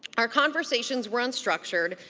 our conversations were unstructured,